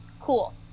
Cool